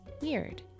Weird